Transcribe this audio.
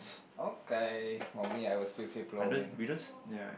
okay for me I will still say Pulau-Ubin